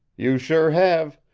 you sure have!